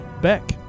Beck